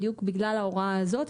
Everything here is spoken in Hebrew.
בדיוק בגלל ההוראה הזאת,